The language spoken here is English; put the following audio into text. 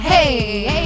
Hey